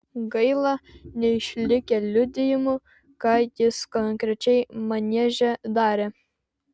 gaila neišlikę liudijimų ką jis konkrečiai manieže darė